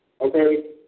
Okay